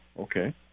okay